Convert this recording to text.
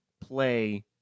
play